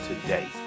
today